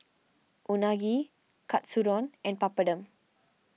Unagi Katsudon and Papadum